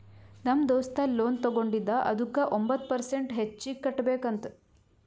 ನಮ್ ದೋಸ್ತ ಲೋನ್ ತಗೊಂಡಿದ ಅದುಕ್ಕ ಒಂಬತ್ ಪರ್ಸೆಂಟ್ ಹೆಚ್ಚಿಗ್ ಕಟ್ಬೇಕ್ ಅಂತ್